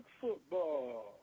Football